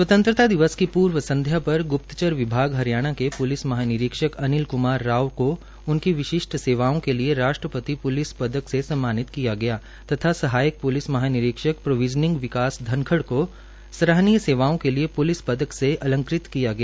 स्वतंत्रता दिवस की पूर्व संध्या पर ग्रप्तचर विभाग हरियाणा पुलिस महानिरीक्षक अनिल कुमार राव को उनकी विशिष्ट सेवाओं के लिए राष्ट्रपति प्लिस पदक से सम्मानित किया गया तथा सहायक पुलिस महानिरीक्षक प्रोविजनिंग श्री विकास धनखड़ को सराहनीय सेवाओं के लिए पुलिस पदक से अलंकृत किया गया